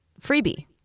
freebie